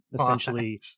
essentially